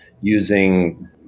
using